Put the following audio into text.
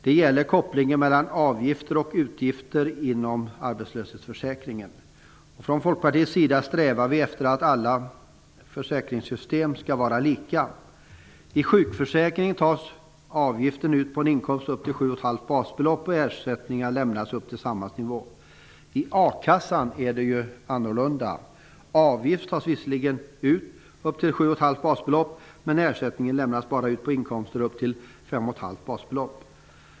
Det gäller kopplingen mellan avgifter och utgifter inom arbetslöshetsförsäkringen. Från Folkpartiets sida strävar vi efter att alla försäkringssystem skall vara lika. I sjukförsäkringen tas avgiften ut på en inkomst upp till sju och ett halvt basbelopp, och ersättningar lämnas upp till samma nivå. I a-kassan är det annorlunda. Avgift tas visserligen ut upp till sju och ett halvt basbelopp, men ersättning lämnas bara på inkomster upp till fem och ett halvt basbelopp.